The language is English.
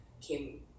came